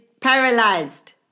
paralyzed